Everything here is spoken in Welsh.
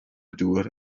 dŵr